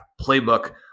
playbook